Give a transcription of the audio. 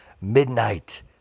Midnight